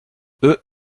eux